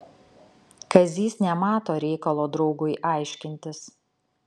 kazys nemato reikalo draugui aiškintis